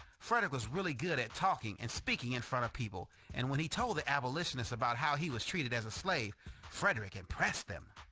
frederick was really good at talking and speaking in front of people and when he told the abolitionists about how he was treated as a slave frederick impressed them.